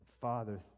Father